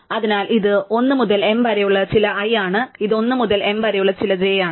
അതിനാൽ ഇത് 1 മുതൽ m വരെയുള്ള ചില i ആണ് ഇത് 1 മുതൽ m വരെയുള്ള ചില j ആണ്